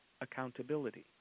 accountability